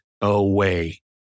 away